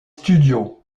studios